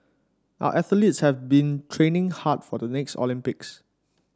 our athletes have been training hard for the next Olympics